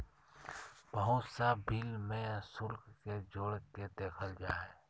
बहुत सा बिल में शुल्क के जोड़ के देखल जा हइ